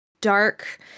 dark